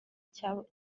cyabaye